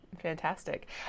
Fantastic